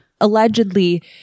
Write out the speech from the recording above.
allegedly